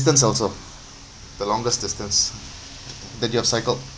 distance also the longest distance that you have cycled